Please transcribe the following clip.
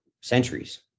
centuries